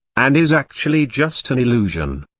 and is actually just an illusion.